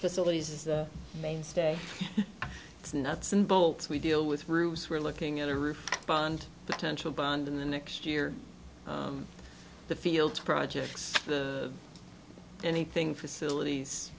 facilities is a mainstay it's nuts and bolts we deal with groups we're looking at a roof bond potential bonding the next year the fields projects anything facilities